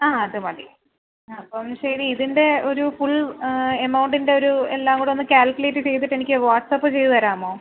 ആ അത് മതി ആ അപ്പം ശരി ഇതിൻ്റെ ഒരു ഫുൾ എമൗണ്ടിൻ്റെ ഒരു എല്ലാം കൂടെ ഒന്ന് കാൽക്കുലേറ്റ് ചെയ്തിട്ട് എനിക്ക് വാട്ട്സ്ആപ്പ് ചെയ്ത് തരാമോ